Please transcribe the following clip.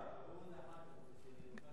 תבררו את זה ביניכם אחר כך.